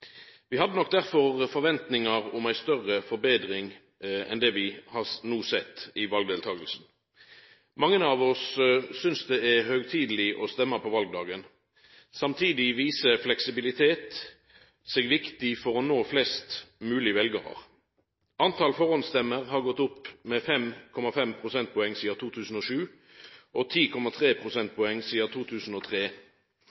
Vi hadde nok derfor forventningar om ei større forbetring i valdeltakinga enn det vi no har sett. Mange av oss synest det er høgtideleg å stemma på valdagen. Samtidig viser fleksibilitet seg å vera viktig for å nå flest mogleg veljarar. Talet på førehandsstemmer har gått opp med 5,5 prosentpoeng sidan 2007 og